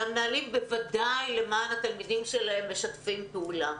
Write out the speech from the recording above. והמנהלים בוודאי למען התלמידים שלהם ומשתפים פעולה.